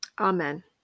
Amen